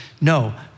No